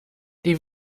die